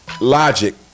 Logic